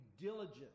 diligent